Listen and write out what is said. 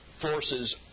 forces